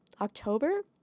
October